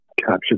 capture